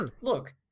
look